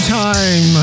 time